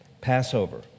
Passover